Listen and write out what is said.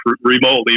remotely